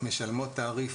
משלמות תעריף